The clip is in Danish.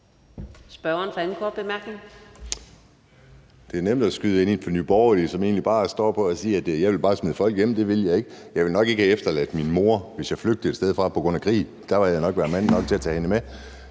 Det er nemt at skyde ind i debatten, at jeg er fra Nye Borgerlige, og at jeg bare står på at sige, at jeg bare vil smide folk hjem. Det vil jeg ikke. Jeg ville nok ikke have efterladt min mor, hvis jeg flygtede et sted fra på grund af krig; der ville jeg nok være mand nok til at tage hende med.